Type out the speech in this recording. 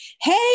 Hey